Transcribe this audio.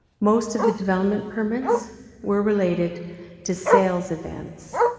most of the development permits were related to sales events.